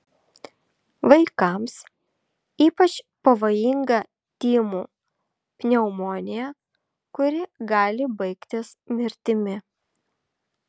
vaikams ypač pavojinga tymų pneumonija kuri gali baigtis mirtimi